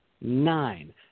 nine